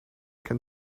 can